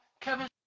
kevin